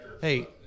hey